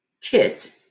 kit